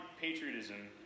patriotism